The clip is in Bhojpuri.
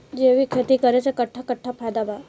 जैविक खेती करे से कट्ठा कट्ठा फायदा बा?